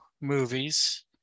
movies